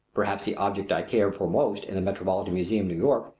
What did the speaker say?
perhaps the object i care for most in the metropolitan museum, new york,